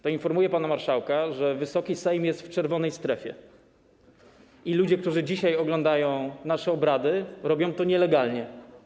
To informuję pana marszałka, że Wysoki Sejm jest w czerwonej strefie i ludzie, którzy dzisiaj oglądają nasze obrady, robią to nielegalnie.